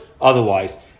otherwise